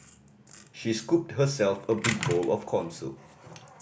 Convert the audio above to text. she scooped herself a big bowl of corn soup